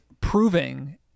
proving